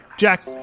Jack